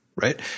right